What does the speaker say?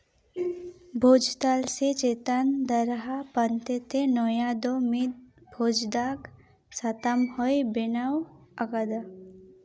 ᱵᱷᱳᱡᱽ ᱛᱟᱞ ᱥᱮ ᱪᱮᱛᱟᱱ ᱫᱟᱨᱦᱟ ᱯᱟᱱᱛᱮ ᱛᱮ ᱱᱳᱭᱟ ᱫᱚ ᱢᱤᱫ ᱵᱷᱳᱡᱽ ᱫᱟᱜ ᱥᱟᱛᱟᱢ ᱦᱚᱸᱭ ᱵᱮᱱᱟᱣ ᱟᱠᱟᱫᱟ